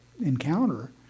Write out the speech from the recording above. encounter